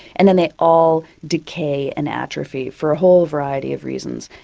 and then they all decay and atrophy, for a whole variety of reasons,